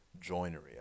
joinery